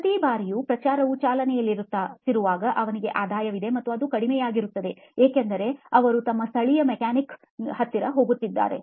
ಪ್ರತಿ ಬಾರಿಯೂ ಪ್ರಚಾರವು ಚಾಲನೆಯಲ್ಲಿರುವಾಗ ಅವನಿಗೆ ಆದಾಯವಿದೆ ಮತ್ತು ಅದು ಕಡಿಮೆಯಾಗುತ್ತದೆ ಏಕೆಂದರೆ ಅವರು ತಮ್ಮ ಸ್ಥಳೀಯ ಮೆಕ್ಯಾನಿಕ್ನ ಹತ್ತಿರ ಹಿಂತಿರುಗುತ್ತಾರೆ